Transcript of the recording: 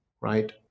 right